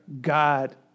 God